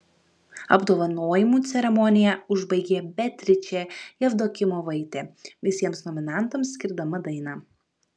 apdovanojimų ceremoniją užbaigė beatričė jevdokimovaitė visiems nominantams skirdama dainą